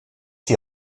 die